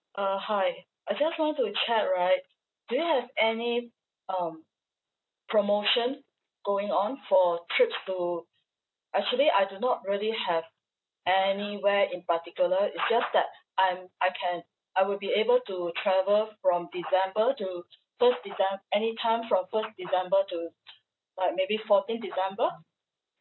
uh hi I just want to check right do you have any um promotion going on for trips to actually I do not really have anywhere in particular is just that I'm I can I would be able to travel from december to first decem~ anytime from first december to like maybe fourteenth december